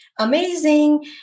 amazing